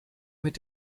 mit